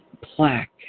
plaque